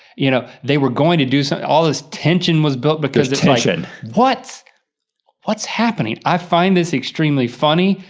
you know, they were going to do something, all this tension was built, because there's tension. what's what's happening? i find this extremely funny,